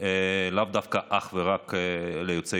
לאו דווקא אך ורק ליוצאי